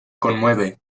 conmueve